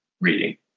reading